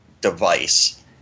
device